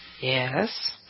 Yes